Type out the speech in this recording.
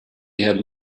had